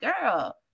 girl